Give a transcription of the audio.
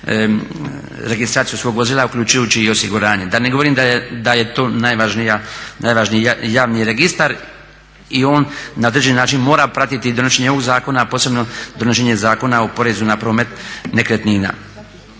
registraciju svog vozila uključujući i osiguranje. Da ne govorim da je to najvažniji javni registar i on na određeni način mora pratiti donošenje ovog zakona, a posebno donošenje Zakona o porezu na promet nekretnina.